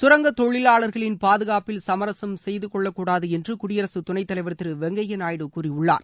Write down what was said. கரங்க தொழிலாளர்களின் பாதுகாப்பில் சமரசம் செய்துகொள்ளப்படக்கூடாது என்று குடியரசுத் துணைத் தலைவர் திரு வெங்கையா நாயுடு கூறியுள்ளார்